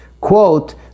quote